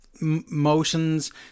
motions